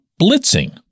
blitzing